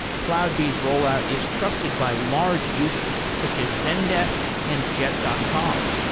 cloudbees rollout is trusted by large users, such as zekdesk and jet dot com.